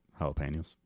jalapenos